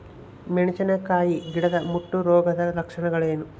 ಮೆಣಸಿನಕಾಯಿ ಗಿಡದ ಮುಟ್ಟು ರೋಗದ ಲಕ್ಷಣಗಳೇನು?